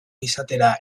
izatera